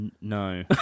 No